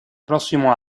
prossimo